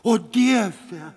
o dieve